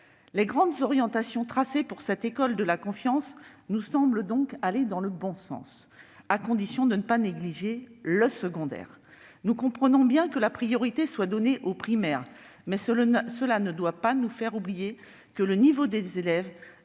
Les grandes orientations tracées pour cette école de la confiance nous semblent donc aller dans le bon sens, à condition de ne pas négliger le secondaire. Nous comprenons bien que la priorité soit donnée au primaire, mais cela ne doit pas nous faire oublier que le niveau des élèves